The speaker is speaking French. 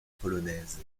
polonaise